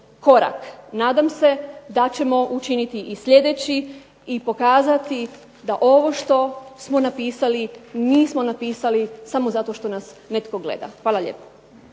korak. Nadam se da ćemo učiniti i sljedeći i pokazati da ovo što smo napisali nismo napisali samo zato što nas netko gleda. Hvala lijepo.